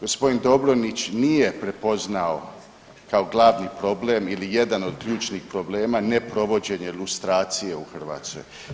G. Dobronić nije prepoznao kao glavni problem ili jedan od ključnih problema neprovođenje lustracije u Hrvatskoj.